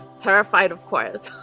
terrified of course